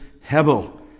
hebel